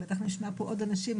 בטח נשמע פה עוד אנשים,